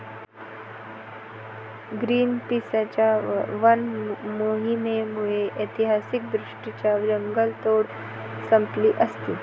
ग्रीनपीसच्या वन मोहिमेमुळे ऐतिहासिकदृष्ट्या जंगलतोड संपली असती